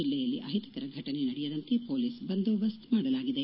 ಜಿಲ್ಲೆಯಲ್ಲಿ ಅಹಿತಕರ ಫಟನೆ ನಡೆಯದಂತೆ ಪೊಲೀಸ್ ಬಂದೋಬಸ್ತ್ ಮಾಡಲಾಗಿದೆ